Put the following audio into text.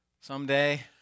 someday